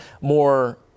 more